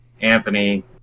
Anthony